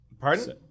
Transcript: Pardon